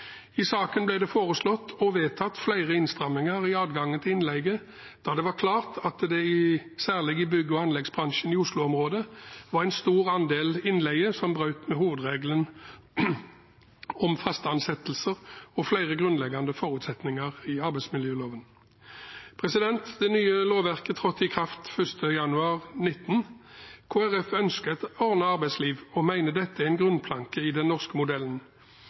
I saken ble det foreslått og vedtatt flere innstramminger i adgangen til innleie da det var klart at det særlig i bygg- og anleggsbransjen i Oslo-området var en stor andel innleie som brøt med hovedregelen om faste ansettelser og flere grunnleggende forutsetninger i arbeidsmiljøloven. Det nye lovverket trådte i kraft 1. januar 2019. Kristelig Folkeparti ønsker et ordnet arbeidsliv og mener dette er en grunnplanke i den norske modellen.